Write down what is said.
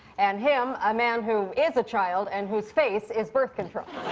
and him, a man who is a child and whose face is birth control.